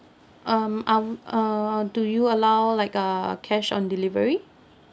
um um uh do you allow like uh cash on delivery